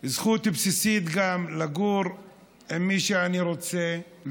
זכות בסיסית גם לגור עם מי שאני רוצה,